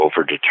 overdetermined